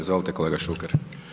Izvolite kolega Šuker.